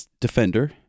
defender